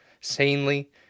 sanely